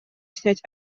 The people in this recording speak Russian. снять